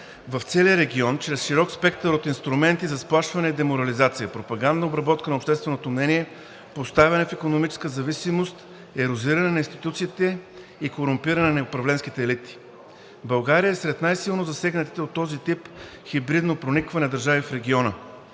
в целия регион чрез широк спектър от инструменти за сплашване и деморализация, пропагандна обработка на общественото мнение, поставяне в икономическа зависимост, ерозиране на институциите и корумпиране на управленските елити. България е сред най-силно засегнатите от този тип хибридно проникване на държави в региона.